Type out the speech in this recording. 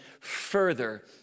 further